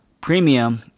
premium